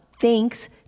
Thanks